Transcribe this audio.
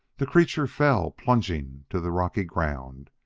the creature fell plunging to the rocky ground,